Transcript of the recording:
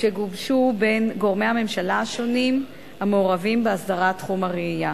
שגובשו בין גורמי הממשלה השונים המעורבים בהסדרת תחום הרעייה.